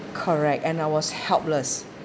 correct and I was helpless